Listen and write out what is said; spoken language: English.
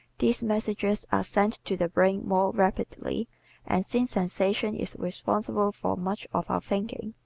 these messages are sent to the brain more rapidly and, since sensation is responsible for much of our thinking,